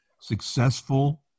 successful